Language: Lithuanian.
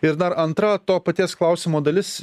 ir dar antra to paties klausimo dalis